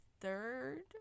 third